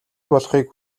болохыг